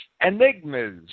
Enigmas